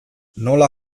nola